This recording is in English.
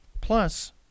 Plus